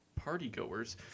partygoers